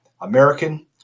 American